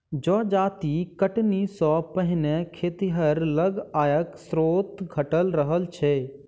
जजाति कटनी सॅ पहिने खेतिहर लग आयक स्रोत घटल रहल छै